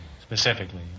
specifically